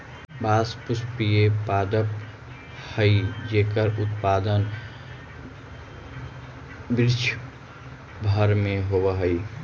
बाँस पुष्पीय पादप हइ जेकर उत्पादन विश्व भर में होवऽ हइ